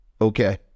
Okay